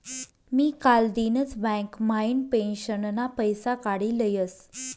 मी कालदिनच बँक म्हाइन पेंशनना पैसा काडी लयस